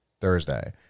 thursday